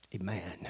amen